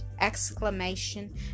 exclamation